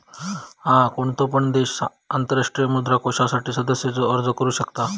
हा, कोणतो पण देश आंतरराष्ट्रीय मुद्रा कोषासाठी सदस्यतेचो अर्ज करू शकता